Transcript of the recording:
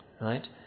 right